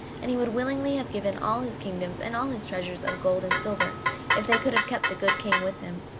and he would willingly have given all his kingdoms and all his treasures of gold and silver if they could have kept the good king with him.